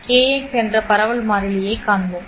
kx என்ற பரவல் மாறிலியைக் காண்போம்